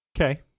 Okay